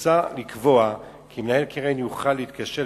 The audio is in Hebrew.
מוצע לקבוע כי מנהל קרן יוכל להתקשר,